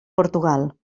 portugal